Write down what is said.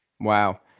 Wow